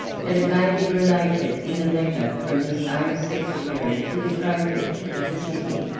that it may be related in a letter from his own secretary to the praefect of the city.